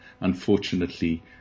unfortunately